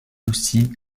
aussi